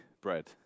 bread